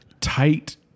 tight